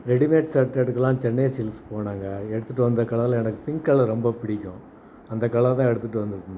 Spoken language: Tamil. ரெடிமேட் ஷேர்ட்டு எடுக்கலாம்னு சென்னை சில்க்ஸ் போனாங்க எடுத்துகிட்டு வந்த கலரில் எனக்கு பிங்க் கலர் ரொம்ப பிடிக்கும் அந்த கலர் தான் எடுத்துகிட்டு வந்துருந்தாங்க